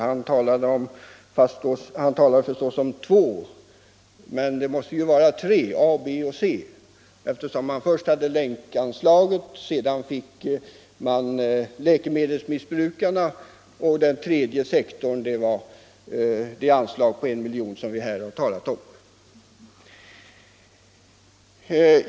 Han nämnde förstås två sektorer, men det måste ju vara tre: först hade vi anslaget till Länkrörelsen, sedan fick vi anslaget till läkemedelsmissbrukarna och till sist det anslag på 1 miljon som vi här diskuterar.